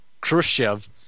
Khrushchev